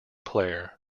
player